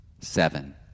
seven